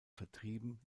vertrieben